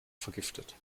vergiftet